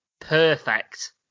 perfect